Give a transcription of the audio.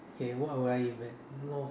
okay what would I invent a lot of things ah